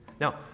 Now